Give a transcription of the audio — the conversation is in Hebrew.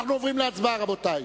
אנחנו עוברים להצבעה, רבותי.